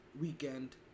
weekend